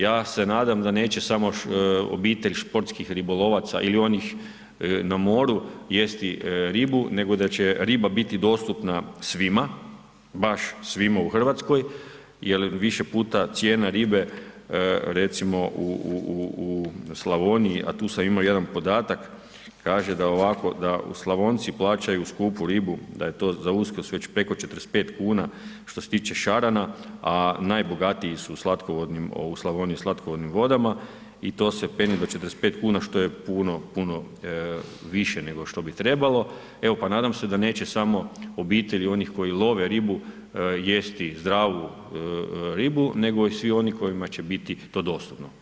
Ja se nadam neće samo obitelj športskih ribolovaca ili onih na moru jesti ribu nego da će riba biti dostupna svima, baš svima u Hrvatskoj jer više puta cijena ribe recimo u Slavoniji, a tu sam imao jedan podatak, kaže da Slavonci plaćaju skupu ribu, da je to za Uskrs već preko 45 kn što se tiče šarana a najbogatiji su u Slavoniji u slatkovodnim vodama i to se penje do 45 kn što je puno, puno više nego što bi trebalo, evo pa nadam se da neće samo obitelji onih koji love ribu, jesti zdravu ribu, nego i svi onima kojima će biti to dostupno.